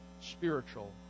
spiritual